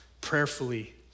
prayerfully